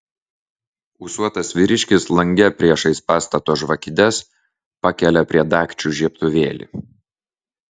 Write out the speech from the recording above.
ūsuotas vyriškis lange priešais pastato žvakides pakelia prie dagčių žiebtuvėlį